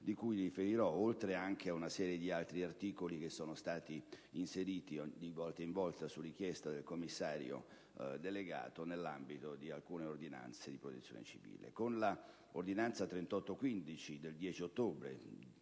di cui riferirò, oltre ad una serie di altre disposizioni che sono state inserite di volta in volta su richiesta del commissario delegato nell'ambito di alcune ordinanze di protezione civile. Con l'ordinanza n. 3815 del 10 ottobre